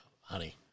honey